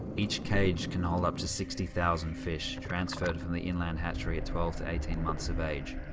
each cage can hold up to sixty thousand fish, transferred from the inland hatchery at twelve eighteen months of age.